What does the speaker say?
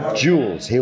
jewels